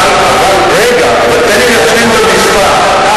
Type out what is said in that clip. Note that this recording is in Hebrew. אבל, אבל רגע, תן לי להשלים את המשפט.